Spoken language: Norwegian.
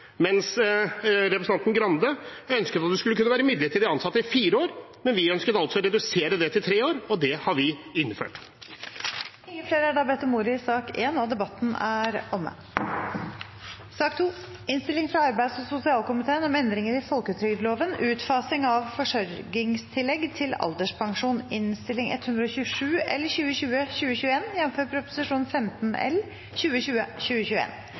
mens representanten Grande ønsket at man skulle kunne være midlertidig ansatt i fire år. Vi ønsket altså å redusere det til tre år, og det har vi innført. Flere har ikke bedt om ordet til sak nr. 1. Etter ønske fra arbeids- og sosialkomiten vil presidenten ordne debatten slik: 3 minutter til hver partigruppe og 3 minutter til medlemmer av